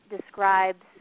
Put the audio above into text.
describes